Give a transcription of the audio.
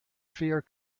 fear